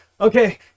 okay